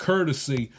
Courtesy